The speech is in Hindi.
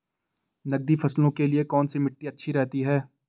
नकदी फसलों के लिए कौन सी मिट्टी अच्छी रहती है?